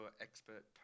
expert